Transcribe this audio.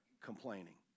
complaining